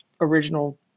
original